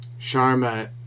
Sharma